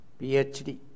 PhD